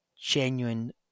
genuine